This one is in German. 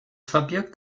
verbirgt